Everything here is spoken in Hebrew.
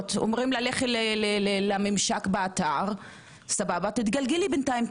אומרים לה ללכת לממשק באתר ולהתגלגל בינתיים,